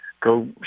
go